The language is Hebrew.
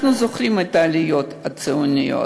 אנחנו זוכרים את העליות הציוניות,